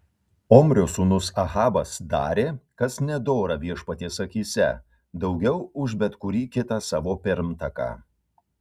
omrio sūnus ahabas darė kas nedora viešpaties akyse daugiau už bet kurį kitą savo pirmtaką